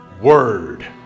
word